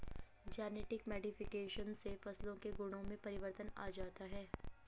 genetic modification से फसलों के गुणों में परिवर्तन आ जाता है